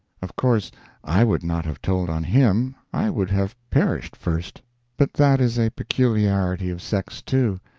of course i would not have told on him, i would have perished first but that is a peculiarity of sex, too,